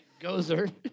Gozer